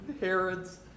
Herod's